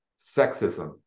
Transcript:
sexism